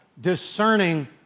discerning